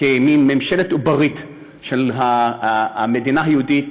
כמין ממשלה עוברית של המדינה היהודית,